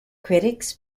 critics